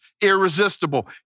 irresistible